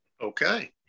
okay